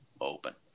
open